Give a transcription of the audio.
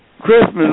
Christmas